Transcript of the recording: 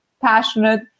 passionate